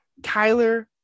Kyler